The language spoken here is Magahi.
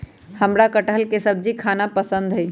हमरा कठहल के सब्जी खाना पसंद हई